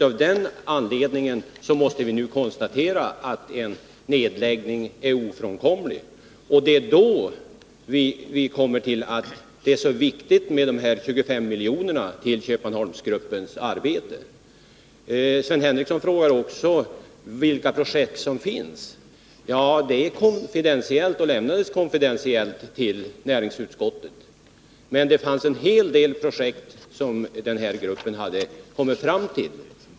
Av den anledningen måste vi nu konstatera att en nedläggning är ofrånkomlig. Det är därför vi kommer fram till att det är så viktigt med dessa 25 milj.kr. till Köpmanholmsgruppens arbete. Sven Henricsson frågar också vilka projekt som finns. De uppgifterna lämnades konfidentiellt till näringsutskottet, men det finns en hel del projekt som denna grupp har kommit fram till.